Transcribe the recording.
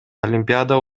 олимпиада